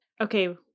Okay